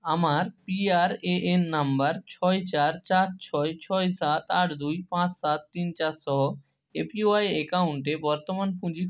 আমার PRAN number ছয় চার চার ছয় ছয় সাত আট দুই পাঁচ সাত তিন চার সহ এপিওয়াই অ্যাকাউন্টে বর্তমান পুঁজি